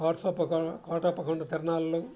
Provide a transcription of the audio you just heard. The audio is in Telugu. కోట్సప్ప కోటప్పకొండ తిరునాళ్ళు